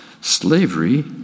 Slavery